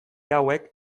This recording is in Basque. hauek